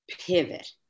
pivot